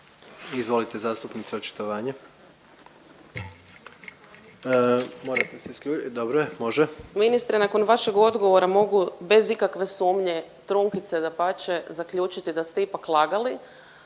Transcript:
Kristina (SDP)** Ministre, nakon vašeg odgovora mogu bez ikakve sumnje trunkice dapače zaključiti da ste ipak lagali